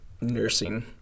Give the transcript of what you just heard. nursing